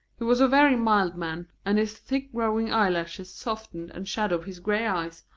he was a very mild man, and his thick-growing eyelashes softened and shadowed his grey eyes,